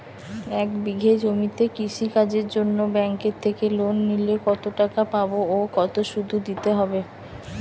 এক বিঘে জমিতে কৃষি কাজের জন্য ব্যাঙ্কের থেকে লোন নিলে কত টাকা পাবো ও কত শুধু দিতে হবে?